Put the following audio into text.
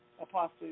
Apostle